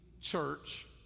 church